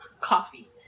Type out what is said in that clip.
coffee